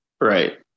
Right